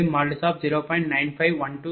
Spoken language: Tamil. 0042| 0